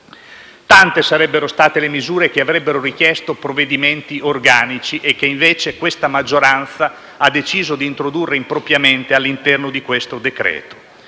Tante sarebbero state le misure che avrebbero richiesto provvedimenti organici e che questa la maggioranza ha deciso di introdurre impropriamente all'interno del decreto.